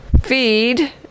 feed